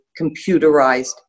computerized